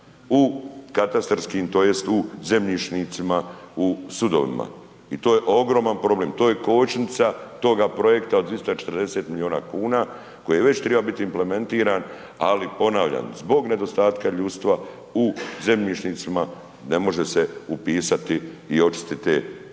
u katastarskim tj. u zemljišnicima u sudovima i to je ogroman problem, to je kočnica toga projekta od 240 milijuna kuna koji je već triba bit implementiran, ali ponavljam, zbog nedostatka ljudstva u zemljišnicima ne može se upisati i očistit te i to